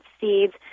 seeds